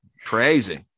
crazy